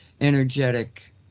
energetic